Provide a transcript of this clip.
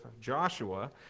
Joshua